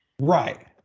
Right